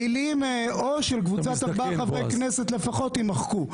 המילים "או של קבוצת ארבעה חברי כנסת לפחות יימחקו".